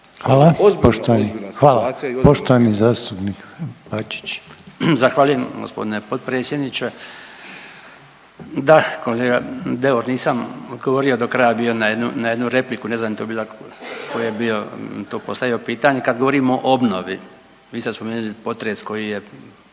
Hvala. Poštovani zastupnik Bačić. **Bačić, Branko (HDZ)** Zahvaljujem gospodine potpredsjedniče. Da, kolega Deur nisam odgovorio do kraja bio na jednu repliku, ne znam jel to bila, tko je bio postavio to pitanje kad govorimo o obnovi, vi ste spomenuli potres koji je